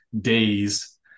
days